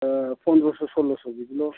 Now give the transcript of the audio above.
ओ पन्द्रस' सल्लस' बिदिल'